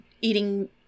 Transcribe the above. eating